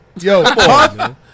Yo